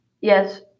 Yes